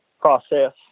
process